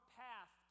path